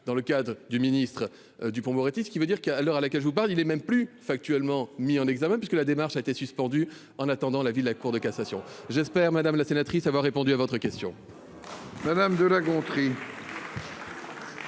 dans le cadre du ministre Dupond-Moretti, ce qui veut dire qu'à l'heure à laquelle je vous parle, il est même plus factuellement, mis en examen, puisque la démarche a été suspendu en attendant la ville, la Cour de cassation, j'espère, madame la sénatrice avoir répondu à votre question. Madame de La Gontrie.